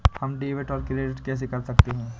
हम डेबिटऔर क्रेडिट कैसे कर सकते हैं?